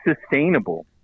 sustainable